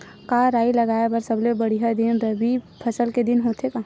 का राई लगाय बर सबले बढ़िया दिन रबी फसल के दिन होथे का?